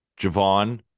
Javon